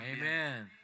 Amen